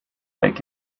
back